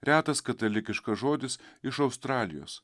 retas katalikiškas žodis iš australijos